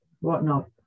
whatnot